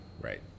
Right